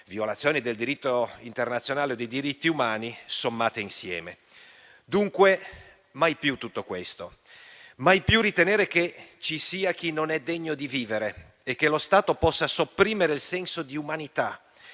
violazioni del diritto internazionale e dei diritti umani sommate insieme. Dunque, mai più tutto questo. Mai più ritenere che ci sia chi non è degno di vivere e che lo Stato possa sopprimere il senso di umanità